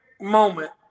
moment